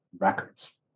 records